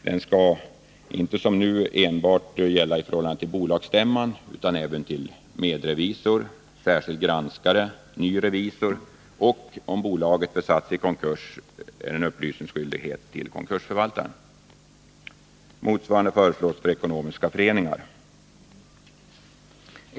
Den skallinte som nu enbart gälla i förhållande till bolagsstämman, utan den skall gälla även medrevisor, särskild granskare, ny revisor och — om bolaget är satt i konkurs — konkursförvaltaren. Motsvarande föreslås för ekonomiska föreningar.